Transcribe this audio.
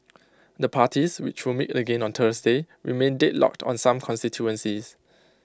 the parties which will meet again on Thursday remain deadlocked on some constituencies